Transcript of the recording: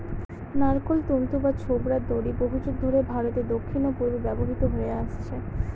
নারকোল তন্তু বা ছোবড়ার দড়ি বহুযুগ ধরে ভারতের দক্ষিণ ও পূর্বে ব্যবহৃত হয়ে আসছে